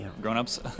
grown-ups